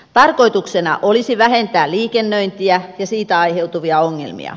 tarkoituksena olisi vähentää liikennöintiä ja siitä aiheutuvia ongelmia